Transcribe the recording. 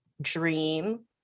dream